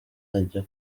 ajya